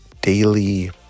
daily